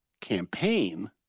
campaign